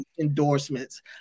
endorsements